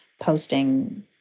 posting